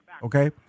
Okay